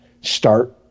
Start